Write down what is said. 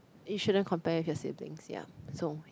you shouldn't compare with your siblings ya so